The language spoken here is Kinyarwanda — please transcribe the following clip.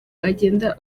agenda